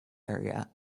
area